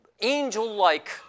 angel-like